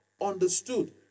understood